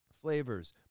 Flavors